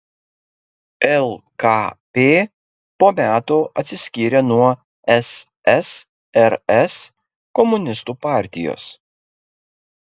lkp po metų atsiskyrė nuo ssrs komunistų partijos